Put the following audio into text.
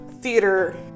theater